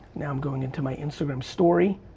now, i'm going into my instagram story.